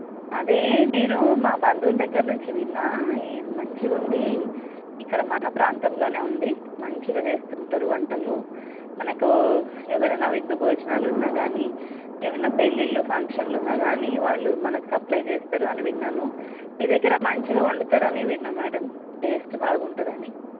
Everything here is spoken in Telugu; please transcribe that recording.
అదే నేను మా బంధువుల దగ్గర నుంచి విన్నాను ఈ మంచిగా ఉంది ఇక్కడ మన ప్రాంతంలో ఉంది మంచిగా చేస్తుంటారు వంటలు మనకు ఎవరైన విందు భోజనాలు ఉన్నా కానీ ఏవైనా పెళ్ళిళ్ళు ఫంక్షన్లు ఉన్న కానీ వాళ్ళు మనకు సప్లై చేస్తారు అని విన్నాను మీ దగ్గర మంచిగా వండుతారని విన్నాను మ్యాడమ్ టేస్ట్ బాగుంటుంది అని